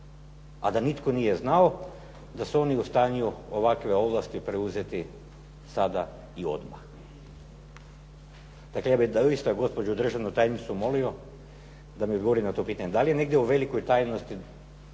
a da nitko nije znao da su oni u stanju ovakve ovlasti preuzeti sada i odmah. Dakle, ja bih doista gospođu državnu tajnicu molio da mi odgovori na to pitanje. Da li negdje u velikoj tajnosti